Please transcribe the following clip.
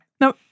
Now